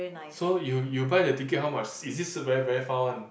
so you you buy the ticket how much is it sit very very far one